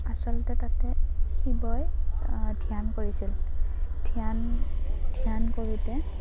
আচলতে তাতে শিৱই ধ্যান কৰিছিল ধ্যান ধ্যান কৰোঁতে